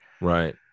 right